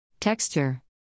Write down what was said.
Texture